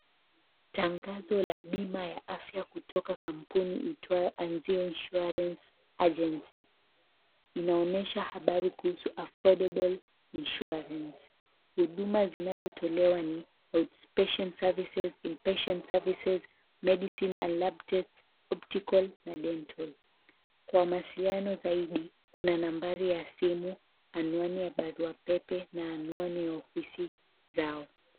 Tangazo la bima ya afya kutoka kampuni iitwayo Anziano Insurance Agency inaonyesha habari kuhusu affordable insurance . Huduma zinazotolewa ni outpatient services . inpatient services , medicine and lab test , optical na dental . Kwa mawasiliano zaidi kuna nambari ya simu, anwani ya barua pepe na anwani ya ofisi zao.